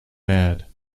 mad